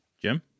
Jim